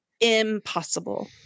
impossible